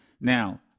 now